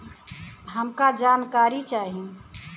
हमका जानकारी चाही?